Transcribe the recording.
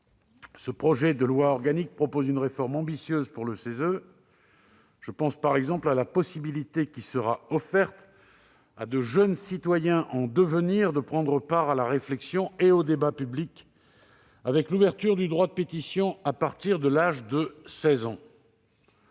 ce projet de loi organique propose effectivement une réforme ambitieuse pour le CESE. Je pense par exemple à la possibilité qui sera offerte à de jeunes citoyens en devenir de prendre part à la réflexion et au débat publics, avec l'ouverture du droit de pétition à partir de l'âge de 16 ans.